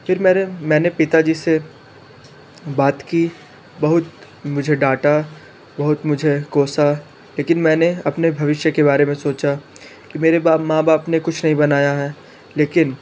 फिर मेरे मैंने पिता जी से बात की बहुत मुझे डांटा बहुत मुझे कोसा लेकिन मैंने अपने भविष्य के बारे मे सोचा कि मेरे बाप माँ बाप ने कुछ नहीं बनाया है लेकिन